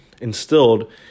instilled